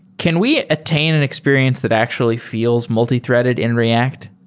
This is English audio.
can we attain an experience that actually feels multithreaded in react?